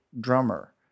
drummer